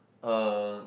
uh